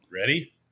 Ready